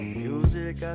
music